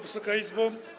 Wysoka Izbo!